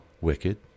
wicked